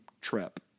trip